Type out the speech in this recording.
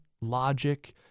logic